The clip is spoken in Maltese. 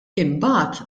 imbagħad